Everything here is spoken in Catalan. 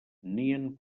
nien